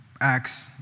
acts